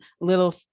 little